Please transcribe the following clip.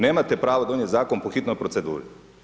Nemate pravo donijeti Zakon po hitnoj proceduri.